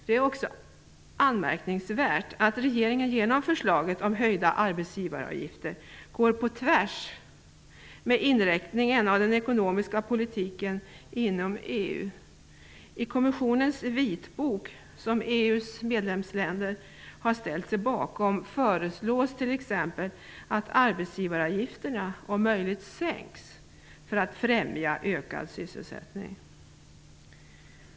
Det är också anmärkningsvärt att regeringen genom förslaget om höjda arbetsgivaravgifter går på tvärs med inriktningen av den ekonomiska politiken inom EU. I kommissionens vitbok som EU:s medlemsländer har ställt sig bakom föreslås t.ex. att arbetsgivaravgifterna om möjligt skall sänkas för att främja ökad sysselsättning.